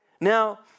Now